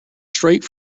straight